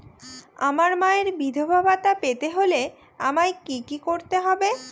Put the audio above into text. আমার মায়ের বিধবা ভাতা পেতে হলে আমায় কি কি করতে হবে?